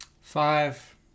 five